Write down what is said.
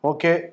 Okay